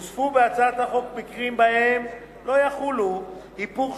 הוספו בהצעת החוק מקרים שבהם לא יחולו היפוך